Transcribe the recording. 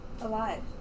alive